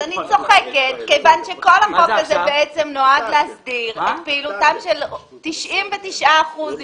צוחקת כיוון שכל החוק הזה בעצם נועד להסדיר את פעילותם של 99 אחוזים,